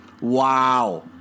Wow